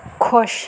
ਖੁਸ਼